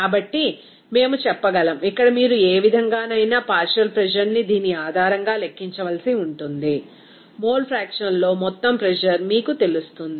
కాబట్టి మేము చెప్పగలం ఇక్కడ మీరు ఏ విధంగానైనా పార్షియల్ ప్రెజర్ ని దీని ఆధారంగా లెక్కించవలసి ఉంటుంది మోల్ ఫ్రాక్షన్ లో మొత్తం ప్రెజర్ మీకు తెలుస్తుంది